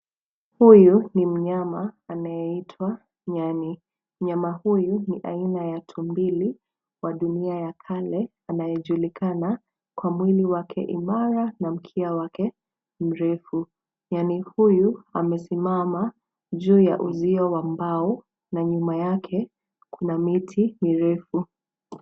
Huyu ni mnyama anyeitwa nyani. Mnyama huyu ni aina ya tumbili wa dunia ya kale anayejulikana kwa mwili wake imara na mkia wake mrefu. Nyani huyu amesimama juu ya uzio wa mbao na nyuma yake kuna miti mirefu.